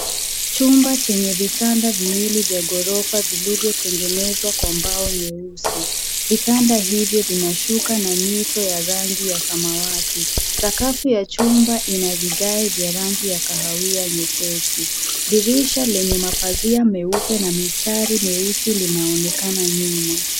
Chumba chenye vitanda viwili vya ghorofa vilivyotengenezwa kwa mbao nyeusi. Vitanda hivyo vina shuka na mito ya rangi ya samawati. Sakafu ya chumba ina vigae vya rangi ya kahawia nyepesi. Dirisha lenye mapazia meupe na mistari meusi linaonekana nyuma.